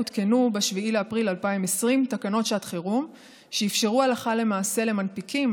הותקנו ב-7 באפריל 2020 תקנות שעת חירום שאפשרו הלכה למעשה למנפיקים